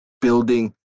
building